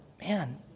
man